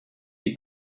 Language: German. die